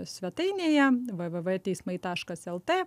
svetainėje www teismai taškas lt